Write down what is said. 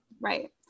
Right